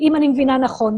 אם אני מבינה נכון.